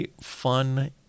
fun